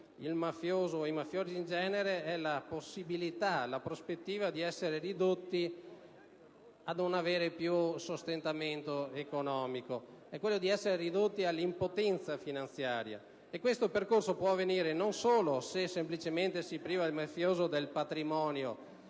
il mafioso (e i mafiosi in genere) è la possibilità, la prospettiva di essere ridotto a non avere più sostentamento economico, di essere ridotto all'impotenza finanziaria. Questo percorso può avvenire non solo se, semplicemente, si priva il mafioso del patrimonio